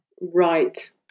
Right